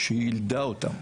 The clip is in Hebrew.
שהיא יילדה אותן.